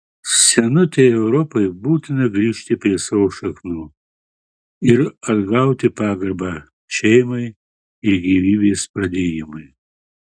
senutei europai būtina grįžti prie savo šaknų ir atgauti pagarbą šeimai ir gyvybės pradėjimui